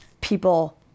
people